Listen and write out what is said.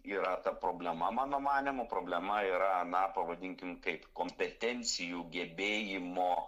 yra ta problema mano manymu problema yra na pavadinkim kaip kompetencijų gebėjimo